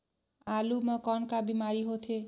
आलू म कौन का बीमारी होथे?